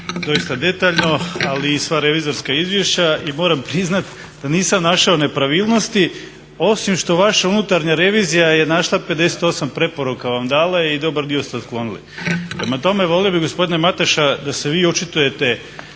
Doista detaljno, ali i sva revizorska izvješća i moram priznati da nisam našao nepravilnosti osim što vaša unutarnja revizija je našla 58 preporuka vam dala i dobar dio ste otklonili. Prema tome, volio bih gospodine Mateša da se vi očitujete